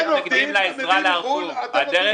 אין עובדים, מביאים מחו"ל, אתם נותנים מס.